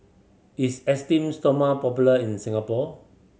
is Esteem Stoma popular in Singapore